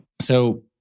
So-